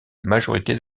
majorité